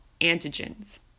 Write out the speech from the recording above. antigens